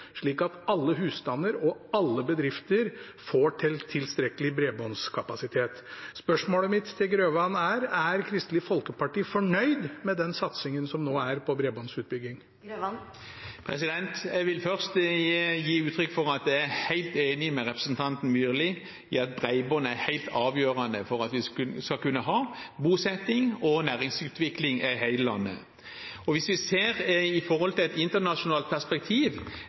slik at alle husstander og alle bedrifter får tilstrekkelig bredbåndskapasitet. Spørsmålet mitt til Grøvan er: Er Kristelig Folkeparti fornøyd med den satsingen som nå er på bredbåndsutbygging? Jeg vil først gi uttrykk for at jeg er helt enig med representanten Myrli i at bredbånd er helt avgjørende for at vi skal kunne ha bosetting og næringsutvikling over hele landet. Hvis vi ser det i et internasjonalt perspektiv,